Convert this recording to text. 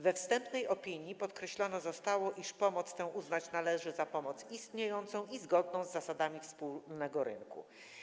We wstępnej opinii podkreślone zostało, iż pomoc tę uznać należy za pomoc istniejącą i zgodną z zasadami wspólnego rynku.